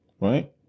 Right